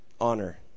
honor